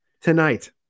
tonight